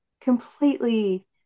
completely